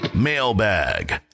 mailbag